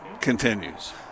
continues